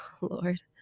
Lord